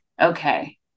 Okay